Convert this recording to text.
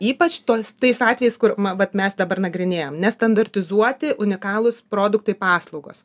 ypač tuos tais atvejais kur ma vat mes dabar nagrinėjam nestandartizuoti unikalūs produktai paslaugos